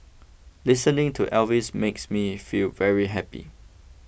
listening to Elvis makes me feel very happy